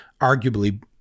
arguably